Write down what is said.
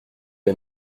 les